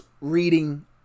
reading